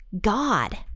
God